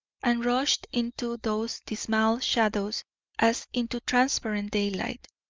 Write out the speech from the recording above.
and rushed into those dismal shadows as into transparent daylight.